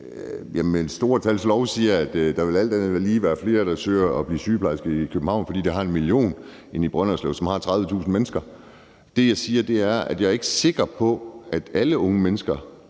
de store tals lov siger, at der vel alt andet lige vil være flere, der søger om at blive sygeplejerske i København, der har en million indbyggere, end der er i Brønderslev, som har 30.000. Det, jeg siger, er, at jeg ikke er sikker på, at alle unge mennesker,